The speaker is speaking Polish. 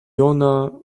ona